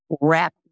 wrap